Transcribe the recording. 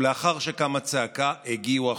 ולאחר שקמה צעקה הגיעו החוקים.